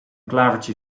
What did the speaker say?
klavertje